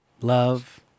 love